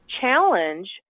challenge